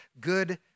good